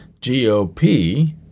GOP